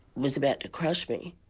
was about to crush me,